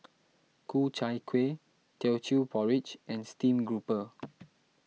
Ku Chai Kueh Teochew Porridge and Stream Grouper